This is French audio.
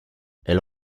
elle